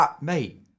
Mate